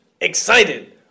Excited